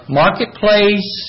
marketplace